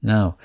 Now